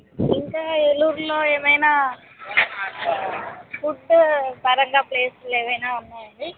ఇంకా ఏలూరులో ఏమైనా ఫుడ్ పరంగా ప్లేస్లు ఏమైనా ఉన్నాయండి